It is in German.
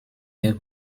wir